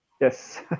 Yes